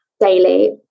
Daily